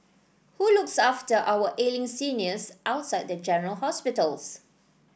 who looks after our ailing seniors outside of general hospitals